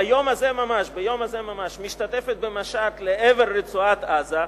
ביום הזה ממש, משתתפת במשט לעבר רצועת-עזה,